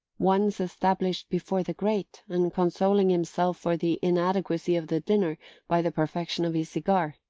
once established before the grate, and consoling himself for the inadequacy of the dinner by the perfection of his cigar,